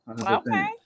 Okay